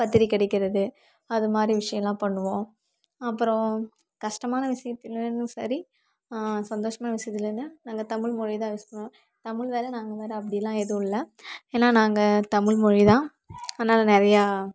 பத்திரிக்கை அடிக்கிறது அதுமாதிரி விஷயோலான் பண்ணுவோம் அப்ப்றோம் கஷ்டமான விஷயத்துலையும் சரி சந்தோஷமான விஷயத்துலேனா நாங்கள் தமிழ்மொழிதான் யூஸ் பண்ணுவோம் தமிழ் வேறு நாங்கள் வேறு அப்படிலான் எதுவும் இல்லை ஏனால் நாங்கள் தமிழ்மொழிதான் அதனால நிறையா